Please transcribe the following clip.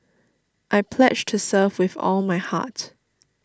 I pledge to serve with all my heart